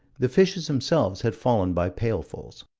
the fishes themselves had fallen by pailfuls.